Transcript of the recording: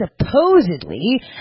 supposedly